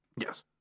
yes